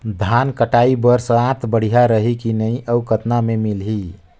धान कटाई बर साथ बढ़िया रही की नहीं अउ कतना मे मिलही?